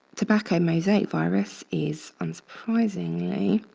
tobacco mosaic virus is, unsurprisingly,